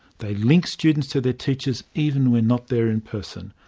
they link students to their teachers even when not there in person.